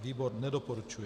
Výbor nedoporučuje.